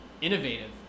innovative